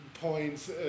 points